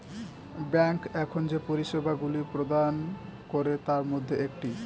bank এখন যে পরিষেবাগুলি প্রদান করে তার মধ্যে একটি